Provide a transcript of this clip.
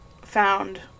found